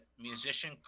musician